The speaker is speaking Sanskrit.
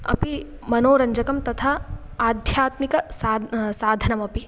अपि मनोरञ्जकं तथा आध्यात्मिकं सा साधनमपि